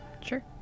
Sure